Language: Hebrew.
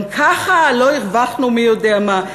גם ככה לא הרווחנו מי יודע מה,